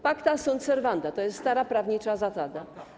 Pacta sunt servanda - to jest stara prawnicza zasada.